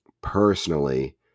personally